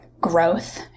growth